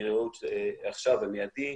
מרעות ומעדי.